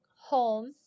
home